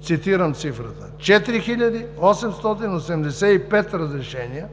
основа на 4885 разрешения,